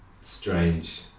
strange